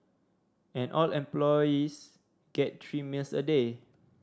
and all employees get three meals a day